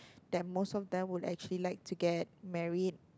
that most of them would actually like to get married